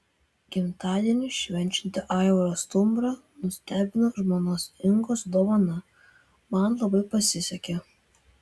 gimtadienį švenčiantį aivarą stumbrą nustebino žmonos ingos dovana man labai pasisekė